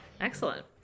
excellent